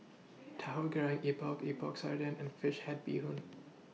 Tahu Goreng Epok Epok Sardin and Fish Head Bee Hoon